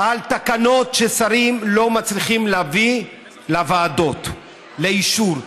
על תקנות ששרים לא מצליחים להביא לוועדות לאישור.